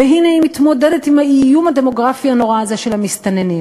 והנה היא מתמודדת עם האיום הדמוגרפי הנורא הזה של המסתננים,